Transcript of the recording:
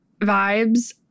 vibes